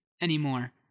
anymore